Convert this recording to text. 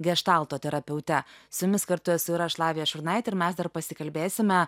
geštalto terapeute su jumis kartu esu ir aš lavija šurnaitė ir mes dar pasikalbėsime